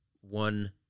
one